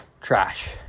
trash